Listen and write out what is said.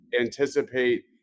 anticipate